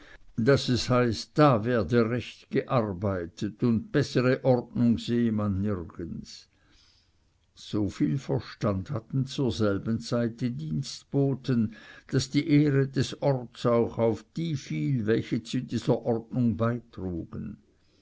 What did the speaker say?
daß es heißt da werde recht gearbeitet und bessere ordnung sehe man nirgends so viel verstand hatten zur selben zeit die dienstboten daß die ehre des orts auch auf die fiel welche zu dieser ordnung beitrugen